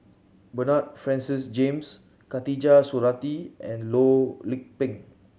Bernard Francis James Khatijah Surattee and Loh Lik Peng